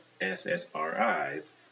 SSRIs